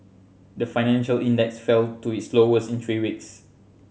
the financial index fell to its lowest in three weeks